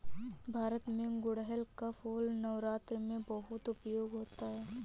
भारत में गुड़हल का फूल नवरात्र में बहुत उपयोग होता है